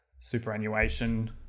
superannuation